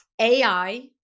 AI